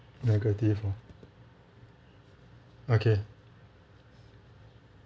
negative orh okay